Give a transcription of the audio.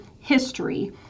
history